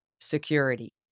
security